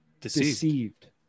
Deceived